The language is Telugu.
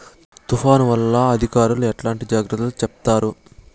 తుఫాను వల్ల అధికారులు ఎట్లాంటి జాగ్రత్తలు చెప్తారు?